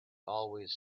always